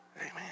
Amen